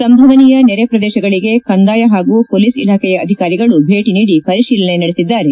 ಸಂಭವನೀಯ ನೆರೆ ಪ್ರದೇಶಗಳಗೆ ಕಂದಾಯ ಹಾಗೂ ಪೊಲೀಸ್ ಇಲಾಖೆಯ ಅಧಿಕಾರಿಗಳು ಭೇಟಿ ನೀಡಿ ಪರಿಶೀಲನೆ ನಡೆಸಿದ್ದಾರೆ